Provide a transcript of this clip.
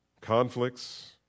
conflicts